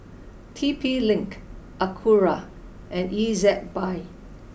T P Link Acura and Ezbuy